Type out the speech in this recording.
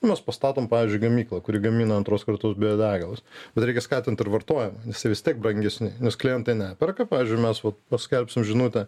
mes pastatom pavyzdžiui gamyklą kuri gamina antros kartos biodegalus bet reikia skatint ir vartojimą nes jie vis tiek brangesni nes klientai neperka pavyzdžiui mes paskelbsim žinutę